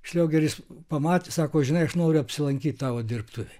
šliogeris pamatė sako žinai aš noriu apsilankyti tavo dirbtuvėj